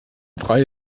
frei